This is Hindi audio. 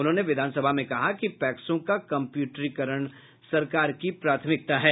उन्होंने विधानसभा में कहा कि पैक्सों का कम्प्यूट्रीकरण सरकार की प्राथमिकता है